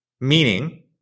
Meaning